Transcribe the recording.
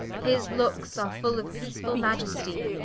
his lookes are full of peacefull maiestie,